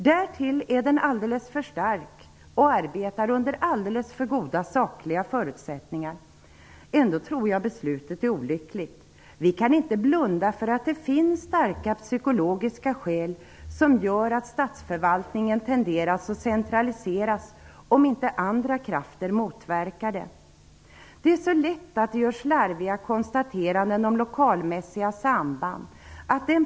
Därtill är den alldeles för stark och arbetar under alldeles för goda sakliga förutsättningar. Ändå tror jag att beslutet är olyckligt. Vi kan inte blunda för att det finns starka psykologiska skäl som gör att statsförvaltningen tenderar att centraliseras om inte andra krafter motverkar det. Det görs lätt slarviga konstateranden om lokalmässiga samband.